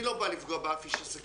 אני לא בא לפגוע באף איש עסקים,